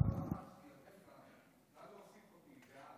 הנושא לוועדת הכלכלה נתקבלה.